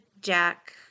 Jack –